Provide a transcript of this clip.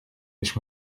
ich